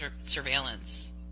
surveillance